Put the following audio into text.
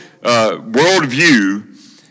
worldview